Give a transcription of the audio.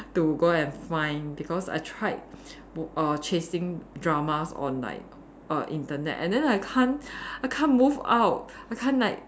to go and find because I tried m~ err chasing dramas on like err Internet and then I can't I can't move out I can't like